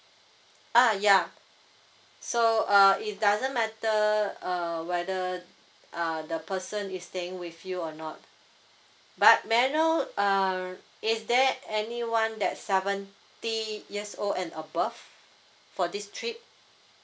uh ya so uh it doesn't matter uh whether uh the person is staying with you or not but may I know err is there anyone that seventy years old and above for this trip